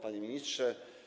Panie Ministrze!